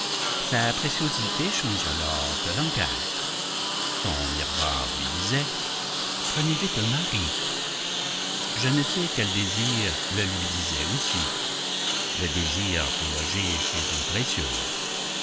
sa préciosité changea lors de langage son miroir lui disait prenez vite un mari je ne sais quel désir le lui disait aussi le désir peut loger chez une précieuse